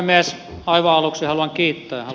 aivan aluksi haluan kiittää